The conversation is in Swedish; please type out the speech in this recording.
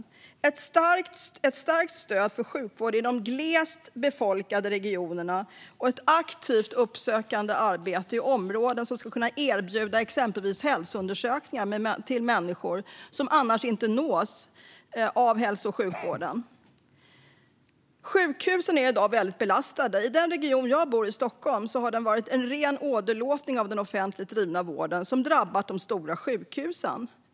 Det behövs ett starkt stöd för sjukvård i de glest befolkade regionerna och ett aktivt uppsökande arbete i områden där man ska kunna erbjuda exempelvis hälsoundersökningar till människor som annars inte nås av hälso och sjukvården. Sjukhusen är i dag väldigt belastade. I den region som jag bor i, Stockholm, har det varit en ren åderlåtning av den offentligt drivna vården som drabbat de stora sjukhusen.